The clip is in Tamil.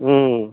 ம்